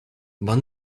one